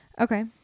Okay